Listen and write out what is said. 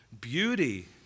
beauty